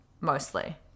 mostly